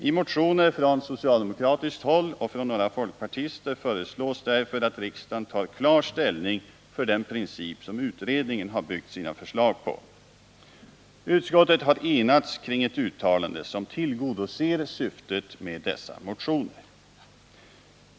I motioner från socialdemokratiskt håll och från några folkpartister föreslås därför att riksdagen tar klar ställning för den princip som utredningen har byggt sina förslag på. Utskottet har enats kring ett uttalande som tillgodoser syftet med dessa motioner.